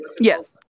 Yes